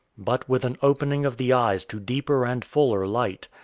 but with an opening of the eyes to deeper and fuller light,